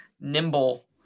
nimble